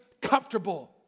comfortable